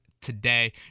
today